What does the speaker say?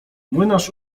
młynarz